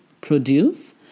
produce